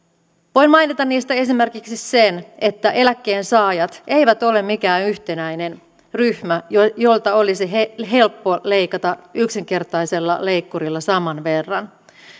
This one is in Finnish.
voin mainita niistä esimerkiksi sen että eläkkeensaajat eivät ole mikään yhtenäinen ryhmä jolta olisi helppo leikata yksinkertaisella leikkurilla saman verran